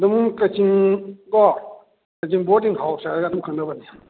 ꯑꯗꯨꯝ ꯀꯛꯆꯤꯡ ꯀꯣ ꯀꯛꯆꯤꯡ ꯕꯣꯔꯗꯤꯡ ꯍꯥꯎꯁ ꯍꯥꯏꯔꯒ ꯑꯗꯨꯝ ꯈꯪꯅꯕꯅꯦ